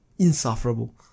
Insufferable